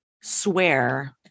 swear